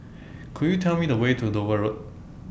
Could YOU Tell Me The Way to Dover Road